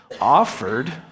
offered